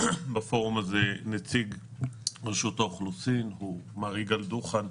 בפורום הזה נציג רשות האוכלוסין הוא מר יגאל דוכן,